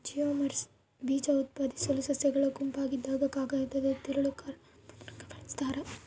ಜಿಮ್ನೋಸ್ಪರ್ಮ್ಗಳು ಬೀಜಉತ್ಪಾದಿಸೋ ಸಸ್ಯಗಳ ಗುಂಪಾಗಿದ್ದುಕಾಗದದ ತಿರುಳು ಕಾರ್ಡ್ ಉತ್ಪನ್ನಕ್ಕೆ ಬಳಸ್ತಾರ